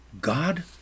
God